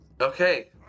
Okay